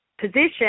position